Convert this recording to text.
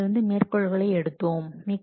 நாம் இதிலிருந்து மேற்கோள்களை எடுத்தோம்